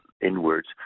inwards